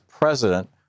president